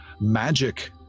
magic